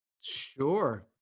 Sure